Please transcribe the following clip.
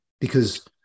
Because-